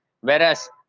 whereas